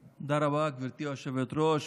רבה, גברתי היושבת-ראש.